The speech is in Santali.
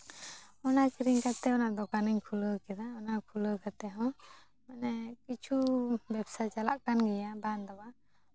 ᱚᱱᱟ ᱠᱤᱨᱤᱧ ᱠᱟᱛᱮᱜ ᱚᱱᱟ ᱫᱚᱠᱟᱱ ᱤᱧ ᱠᱷᱩᱞᱟᱹᱣ ᱠᱮᱫᱟ ᱚᱱᱟ ᱠᱷᱩᱞᱟᱹᱣ ᱠᱟᱛᱮᱜ ᱦᱚᱸ ᱢᱟᱱᱮ ᱠᱤᱪᱷᱩ ᱵᱮᱵᱥᱟ ᱪᱟᱞᱟᱜ ᱠᱟᱱ ᱜᱮᱭᱟ ᱵᱟᱝ ᱫᱚ ᱵᱟᱝ